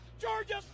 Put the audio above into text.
Georgia